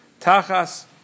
Tachas